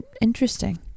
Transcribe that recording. Interesting